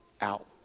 out